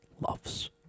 Loves